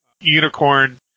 Unicorn